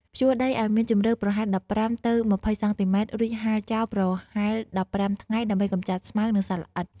ភ្ជួរដីឱ្យមានជម្រៅប្រហែល ១៥ ទៅ ២០ សង់ទីម៉ែត្រ រួចហាលចោលប្រហែល ១៥ ថ្ងៃ ដើម្បីកម្ចាត់ស្មៅ និងសត្វល្អិត។